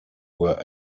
were